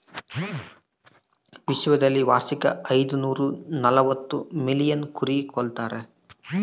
ವಿಶ್ವದಲ್ಲಿ ವಾರ್ಷಿಕ ಐದುನೂರನಲವತ್ತು ಮಿಲಿಯನ್ ಕುರಿ ಕೊಲ್ತಾರೆ